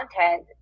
content